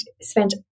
spent